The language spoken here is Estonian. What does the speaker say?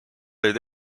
olid